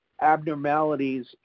abnormalities